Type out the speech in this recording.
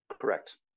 Correct